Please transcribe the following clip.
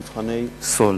מבחני סאלד.